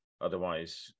otherwise